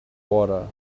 water